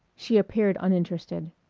she appeared uninterested.